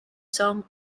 song